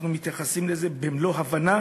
אנחנו מתייחסים לזה במלוא ההבנה